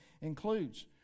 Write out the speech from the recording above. includes